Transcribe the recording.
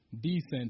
decent